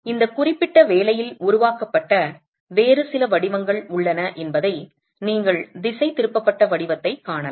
இந்த குறிப்பிட்ட வேலையில் உருவாக்கப்பட்ட வேறு சில வடிவங்கள் உள்ளன என்பதை நீங்கள் திசைதிருப்பப்பட்ட வடிவத்தைக் காணலாம்